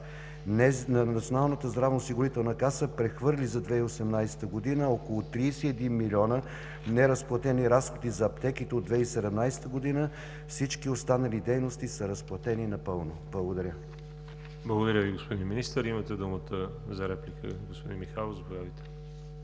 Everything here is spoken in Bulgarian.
Националната здравноосигурителна каса прехвърли за 2018 г. около 31 милиона неразплатени разходи за аптеките от 2017 г. Всички останали дейности са разплатени напълно. Благодаря. ПРЕДСЕДАТЕЛ ВАЛЕРИ ЖАБЛЯНОВ: Благодаря Ви, господин Министър. Имате думата за реплика, господин Михайлов. Заповядайте.